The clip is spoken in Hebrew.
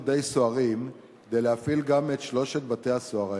די סוהרים כדי להפעיל גם את שלושת בתי-הסוהר האלה,